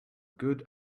good